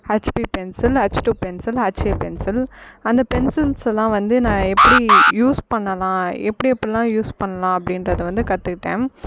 HP pencil H two pencil HV pencil அந்த பென்சில்ஸ்யெலாம் வந்து நான் எப்படி யூஸ் பண்ணலாம் எப்படியெப்டிலாம் யூஸ் பண்ணலாம் அப்படின்றதை வந்து கற்றுக்கிட்டேன்